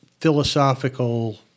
philosophical